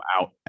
out